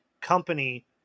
company